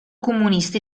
comunista